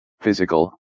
physical